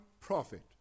prophet